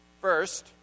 First